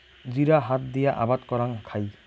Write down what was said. জিরা হাত দিয়া আবাদ করাং খাই